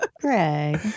Greg